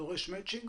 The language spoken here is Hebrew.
דורש מצ'ינג?